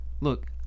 Look